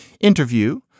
interview